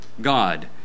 God